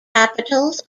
capitals